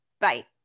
Bye